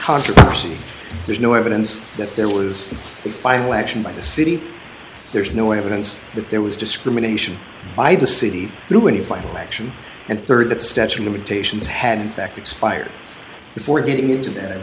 controversy there's no evidence that there was a final action by the city there's no evidence that there was discrimination by the city to do any final action and rd that statue limitations had in fact expired before getting into that